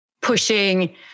pushing